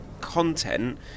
content